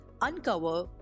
uncover